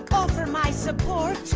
offer my support,